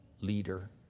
leader